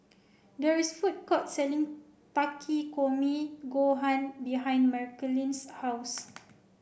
there is a food court selling Takikomi Gohan behind Marceline's house